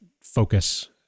focus